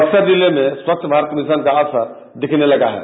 बक्सर जिले में स्वच्छ भारत मिशन का असर दिखने लगा है